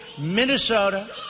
Minnesota